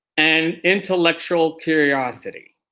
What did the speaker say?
and intellectual curiosity.